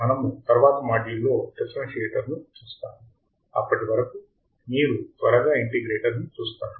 మనము తరువాతి మాడ్యూల్లో డిఫరెన్సియేటర్ను చూస్తాము అప్పటి వరకు మీరు త్వరగా ఇంటిగ్రేటర్ను చూస్తారు